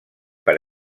per